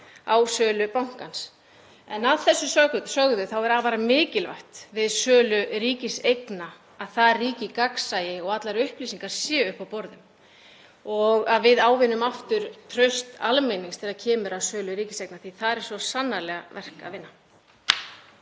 á sölu bankans. En að því sögðu er afar mikilvægt við sölu ríkiseigna að það ríki gagnsæi og að allar upplýsingar séu uppi á borðum og að við ávinnum okkur aftur traust almennings þegar kemur að sölu ríkiseigna því að þar er svo sannarlega verk að vinna.